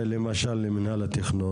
לפי ההתניות בחוק,